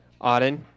Auden